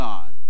God